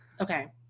Okay